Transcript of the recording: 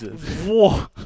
Whoa